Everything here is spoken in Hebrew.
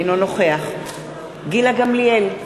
אינו נוכח גילה גמליאל,